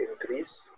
increase